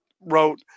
wrote